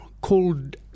Called